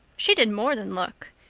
she did more than look.